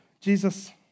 Jesus